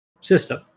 system